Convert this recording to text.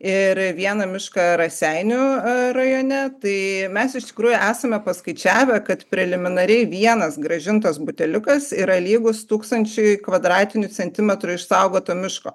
ir vieną mišką raseinių rajone tai mes iš tikrųjų esame paskaičiavę kad preliminariai vienas grąžintas buteliukas yra lygus tūkstančiui kvadratinių centimetrų išsaugoto miško